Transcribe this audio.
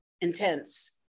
intense